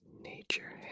Nature